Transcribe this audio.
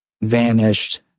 vanished